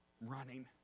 running